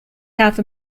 half